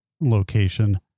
location